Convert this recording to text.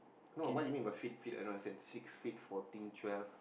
no what you mean by feet feet I don't understand six feet fourteen twelve